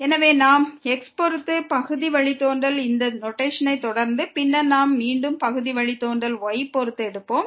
எனவே நாம் x பொறுத்து பகுதி வழித்தோன்றல் இந்த நோட்டேஷனை தொடர்ந்து பின்னர் நாம் மீண்டும் பகுதி வழித்தோன்றல் y பொறுத்து எடுப்போம்